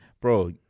Bro